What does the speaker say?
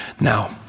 now